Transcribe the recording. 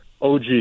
OG